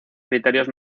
criterios